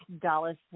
Dallas